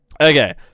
Okay